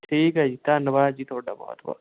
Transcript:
ਠੀਕ ਹੈ ਜੀ ਧੰਨਵਾਦ ਜੀ ਤੁਹਾਡਾ ਬਹੁਤ ਬਹੁਤ